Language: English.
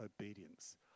obedience